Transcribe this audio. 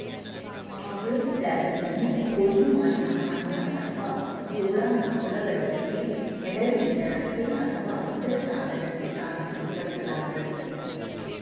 auger ವ್ಯಾಗನನ್ನು ಕೊಯ್ಲು ಮಾಡಿದ ಧಾನ್ಯ ಅಥವಾ ಜೋಳನ ಹೊಲಗಳ ಮೇಲೆ ಹೆಡರ್ನಿಂದ ರಸ್ತೆ ಅಥವಾ ಇತರ ಸಾಧನಕ್ಕೆ ಸಾಗಿಸಲು ಬಳಸಲಾಗ್ತದೆ